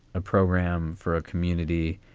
a program for a community.